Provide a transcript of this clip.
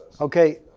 Okay